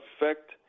effect